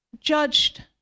judged